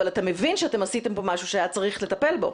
אבל אתה מבין שאתם עשיתם פה משהו שהיה צריך לטפל בו.